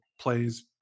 plays